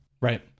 Right